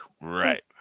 Right